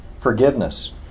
Forgiveness